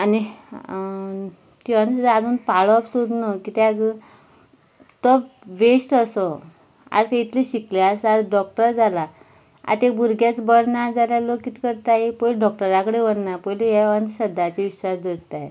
आनी ती अंधश्रद्धा पाळप सुद्दां न्हू किद्याक तो वेस्ट असो आयज इतली शिकले आसा डॉक्टर जाला आतां एक भुरगेंच बरें ना जाल्यार लोक किदें करताय पयलीं डॉक्टरा कडेन व्हरनाय पयलीं ह्या अंधश्रद्धाचे विश्वास दवरत्ताय